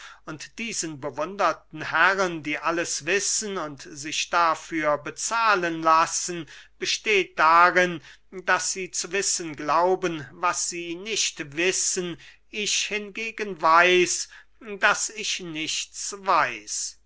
und diesen bewunderten herren die alles wissen und sich dafür bezahlen lassen besteht darin daß sie zu wissen glauben was sie nicht wissen ich hingegen weiß daß ich nichts weiß